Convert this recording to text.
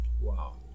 Wow